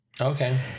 Okay